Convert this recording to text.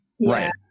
Right